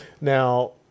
now